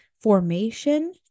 formation